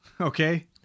Okay